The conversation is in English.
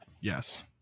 Yes